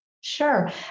Sure